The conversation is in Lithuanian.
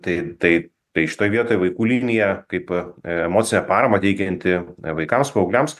tai tai tai šitoj vietoj vaikų linija kaip emocinę paramą teikianti vaikams paaugliams